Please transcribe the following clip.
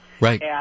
Right